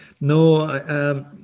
No